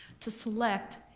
to select.